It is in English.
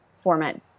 format